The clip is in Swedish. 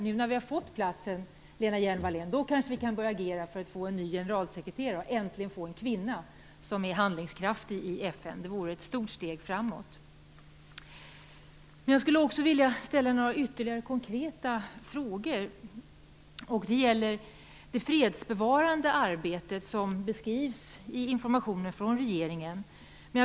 Nu när vi har fått platsen, Lena Hjelm-Wallén, kanske vi kan börja agera för att äntligen får en handlingskraftig kvinna som ny generalsekreterare. Det vore ett stort steg framåt. Jag skulle vilja ställa ytterligare några konkreta frågor. Jag funderar över det fredsbevarande arbete som beskrivs i informationen från regeringen.